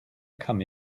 come